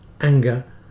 anger